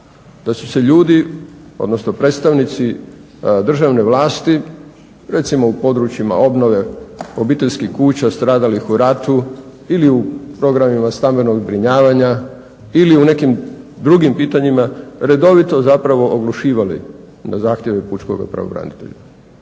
da su se ljudi, odnosno predstavnici državne vlasti recimo u područjima obnove obiteljskih kuća stradalih u ratu ili u programima stambenog zbrinjavanja ili u nekim drugim pitanjima redovito zapravo oglušivali na zahtjeve pučkoga pravobranitelja.